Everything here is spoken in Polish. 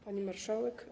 Pani Marszałek!